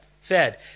fed